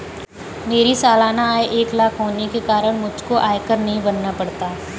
मेरी सालाना आय एक लाख होने के कारण मुझको आयकर नहीं भरना पड़ता